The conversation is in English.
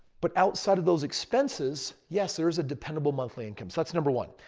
but outside of those expenses, yes there is a dependable monthly income. so that's number one.